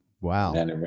Wow